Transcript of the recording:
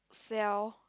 self